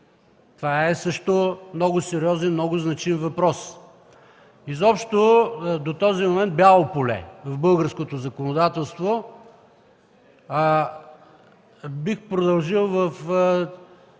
Това е също много сериозен и значим въпрос. Изобщо до този момент – бяло поле в българското законодателство. Бих продължил в